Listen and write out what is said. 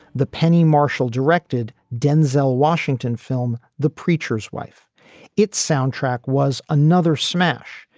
the penny marshall directed denzel washington film the preacher's wife its soundtrack was another smash.